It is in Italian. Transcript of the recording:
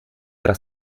era